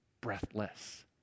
breathless